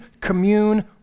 commune